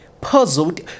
puzzled